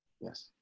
Yes